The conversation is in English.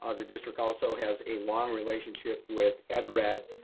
ah the district also has a long relationship with ed red,